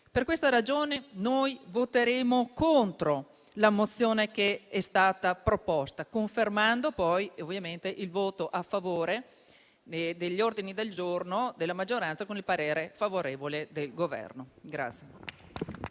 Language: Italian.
Per questa ragione noi voteremo contro la mozione che è stata proposta, confermando ovviamente il voto a favore degli ordini del giorno della maggioranza con il parere favorevole del Governo.